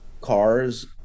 cars